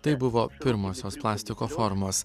tai buvo pirmosios plastiko formos